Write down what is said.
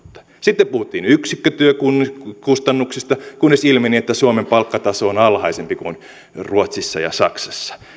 sitten puhuttiin yksikkötyökustannuksista kunnes ilmeni että suomen palkkataso on alhaisempi kuin ruotsissa ja saksassa